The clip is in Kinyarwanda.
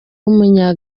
w’umunya